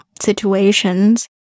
situations